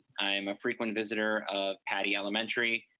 i'm a frequent visitor of pattie elementary,